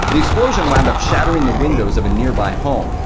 the explosion wound up shattering the windows of a nearby home.